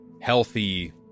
healthy